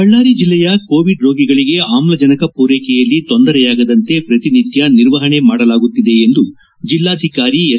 ಬಳ್ಳಾರಿ ಜಿಲ್ಲೆಯಲ್ಲಿ ಕೋವಿಡ್ ರೋಗಿಗಳಿಗೆ ಆಮ್ಲಜನಕ ಪೂರೈಕೆಯಲ್ಲಿ ತೊಂದರೆಯಾಗದಂತೆ ಪ್ರತಿನಿತ್ಯ ನಿರ್ವಹಣೆ ಮಾಡಲಾಗುತ್ತಿದೆ ಎಂದು ಜೆಲ್ಲಾಧಿಕಾರಿ ಎಸ್